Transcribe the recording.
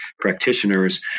practitioners